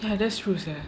ya that's true sia